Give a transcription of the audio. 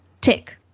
tick